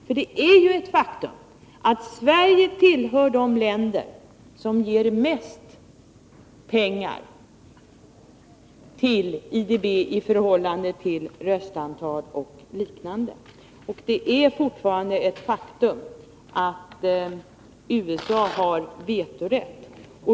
För det är ju ett faktum att Sverige tillhör de länder som ger mest pengar till IDB i förhållande till röstantal och liknande. Och det är fortfarande ett faktum att USA har vetorätt.